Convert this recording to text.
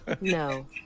No